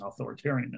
authoritarianism